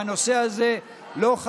ושהנושא הזה לא ירד,